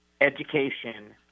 Education